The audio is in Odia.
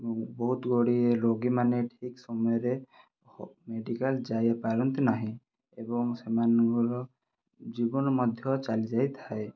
ବହୁତ ଗୁଡ଼ିଏ ରୋଗୀମାନେ ଠିକ ସମୟରେ ମେଡ଼ିକାଲ ଯାଇପାରନ୍ତି ନାହିଁ ଏବଂ ସେମାନଙ୍କର ଜୀବନ ମଧ୍ୟ ଚାଲିଯାଇଥାଏ